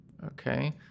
Okay